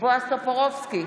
בועז טופורובסקי,